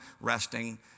resting